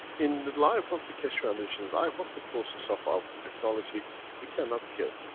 in the life of the keshe foundation, life of the process of our technology we cannot kill.